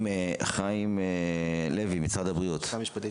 עורך דין חיים לוי ממשרד הבריאות, בבקשה.